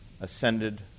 ascended